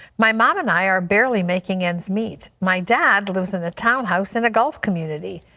my mom and i are barely making ends meet. my dad lives in a townhouse in a golf community.